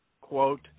quote